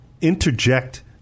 interject